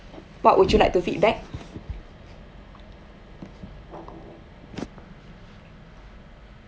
what would you like feedback